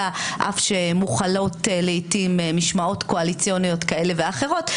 אף שמוחלות לעתים משמעות קואליציוניות כאלה ואחרות.